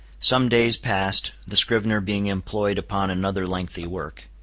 some days passed, the scrivener being employed upon another lengthy work.